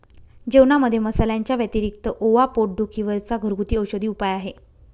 जेवणामध्ये मसाल्यांच्या व्यतिरिक्त ओवा पोट दुखी वर चा घरगुती औषधी उपाय आहे